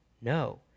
no